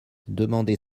demander